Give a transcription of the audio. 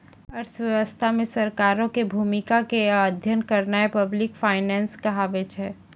अर्थव्यवस्था मे सरकारो के भूमिका के अध्ययन करनाय पब्लिक फाइनेंस कहाबै छै